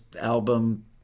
album